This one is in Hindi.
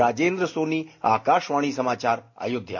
राजेन्द्र सोनी आकाशवाणी समाचार अयोध्या